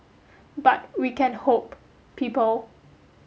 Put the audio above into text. but we can hope people